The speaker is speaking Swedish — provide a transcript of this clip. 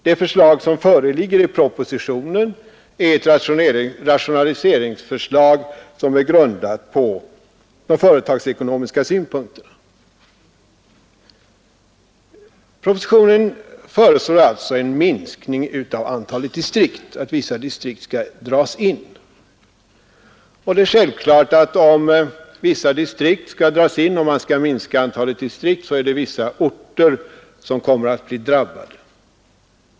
Det förslag som föreligger i propositionen är ett rationaliseringsförslag, grundat på företagsekonomiska synpunkter. I propositionen föreslås en minskning av antalet distrikt genom att vissa distrikt skall dras in. Det är självklart att om man minskar antalet distrikt genom att dra in några av dem, så kommer vissa orter att bli drabbade.